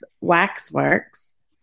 Waxworks